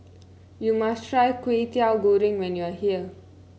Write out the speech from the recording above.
you must try Kway Teow Goreng when you are here